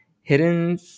hidden